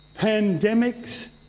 pandemics